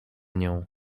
nią